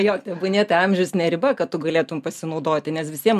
jo tebūnie tai amžius ne riba kad tu galėtum pasinaudoti nes visiem